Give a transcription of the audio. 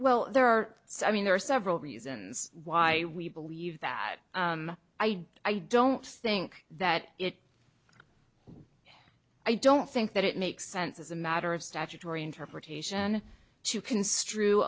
well there are so i mean there are several reasons why we believe that i don't i don't think that it i don't think that it makes sense as a matter of statutory interpretation to construe